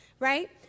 right